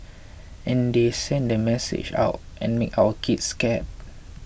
and they send the message out and make our kids scared